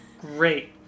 Great